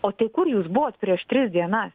o tai kur jūs buvot prieš tris diena